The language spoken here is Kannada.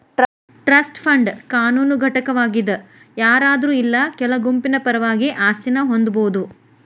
ಟ್ರಸ್ಟ್ ಫಂಡ್ ಕಾನೂನು ಘಟಕವಾಗಿದ್ ಯಾರಾದ್ರು ಇಲ್ಲಾ ಕೆಲ ಗುಂಪಿನ ಪರವಾಗಿ ಆಸ್ತಿನ ಹೊಂದಬೋದು